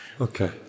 Okay